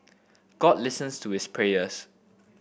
god listens to his prayers